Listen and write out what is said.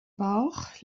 bauch